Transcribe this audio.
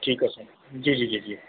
ठीकु आहे साईं जी जी जी जी